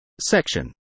Section